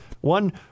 One